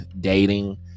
dating